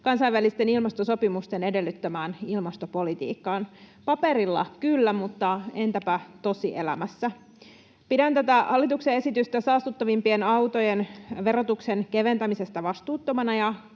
kansainvälisten ilmastosopimusten edellyttämään ilmastopolitiikkaan — paperilla kyllä, mutta entäpä tosielämässä? Pidän tätä hallituksen esitystä saastuttavimpien autojen verotuksen keventämisestä vastuuttomana